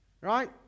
right